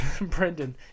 Brendan